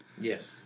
Yes